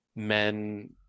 men